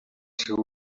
seu